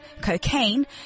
cocaine